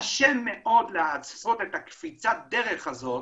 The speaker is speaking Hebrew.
קשה מאוד לעשות את קפיצת הדרך הזאת